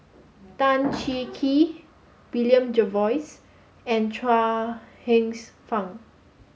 Tan Cheng Kee William Jervois and Chuang Hsueh Fang